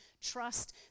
trust